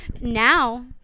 Now